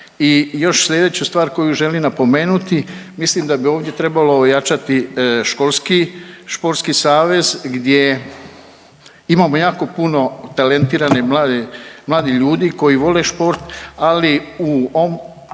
bi ovdje trebalo napomenuti, mislim da bi ovdje trebalo ojačati školski športski savez gdje imamo jako puno talentirane mladih ljudi koji vole šport, ali u ovom